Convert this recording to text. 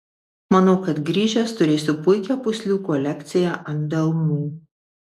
manau kad grįžęs turėsiu puikią pūslių kolekciją ant delnų